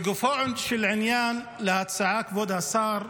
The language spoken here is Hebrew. לגופו של עניין להצעת כבוד השר,